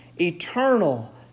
eternal